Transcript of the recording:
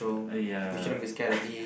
uh yeah